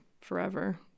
forever